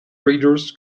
readers